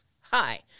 hi